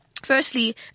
Firstly